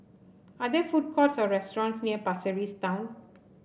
are there food courts or restaurants near Pasir Ris Town